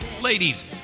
Ladies